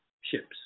ships